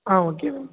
ah okay ma'am